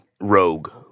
rogue